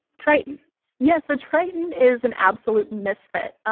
triton yeah, so triton is an absolute misfit.